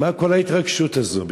מה כל ההתרגשות הזו בכלל?